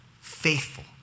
faithful